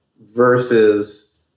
versus